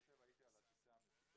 הוא כותב: הייתי על הטיסה המדוברת,